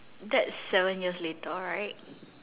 that's seven years later right